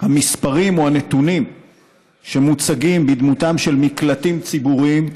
המספרים או הנתונים שמוצגים בדמותם של מקלטים ציבוריים,